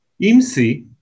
IMSI